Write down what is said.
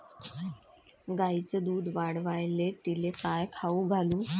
गायीचं दुध वाढवायले तिले काय खाऊ घालू?